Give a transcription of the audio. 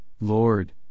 Lord